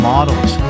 Models